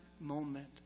moment